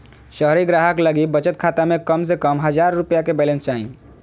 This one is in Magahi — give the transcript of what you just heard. शहरी ग्राहक लगी बचत खाता में कम से कम हजार रुपया के बैलेंस चाही